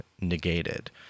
negated